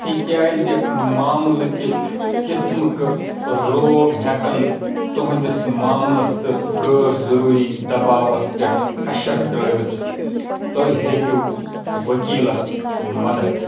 تہِ كیٛازِ معاملہٕ كہِ قٕسمٕكہٕ روگ ہیٚكن تُہٕنٛدِس معاملَس تہٕ غٲر ضٔروٗری دباوَس پٮ۪ٹھ اَشر ترٛٲوِتھ تۄہہِ ہیٚکِو ؤكیٖلس مدتھ